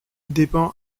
dépend